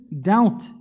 doubt